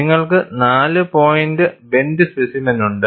നിങ്ങൾക്ക് നാല് point bend സ്പെസിമെനുണ്ട്